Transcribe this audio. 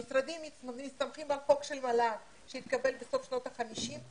המשרדים מסתמכים על החוק של מל"ג שהתקבל בסוף שנות ה-50.